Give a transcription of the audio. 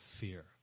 fear